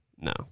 No